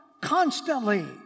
constantly